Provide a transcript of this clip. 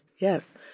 Yes